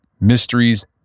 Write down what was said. mysteries